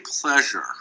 pleasure